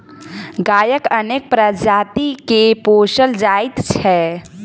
गायक अनेक प्रजाति के पोसल जाइत छै